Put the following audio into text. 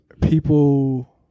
people